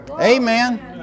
Amen